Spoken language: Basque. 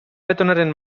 letonaren